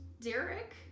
Derek